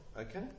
Okay